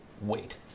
Wait